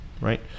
right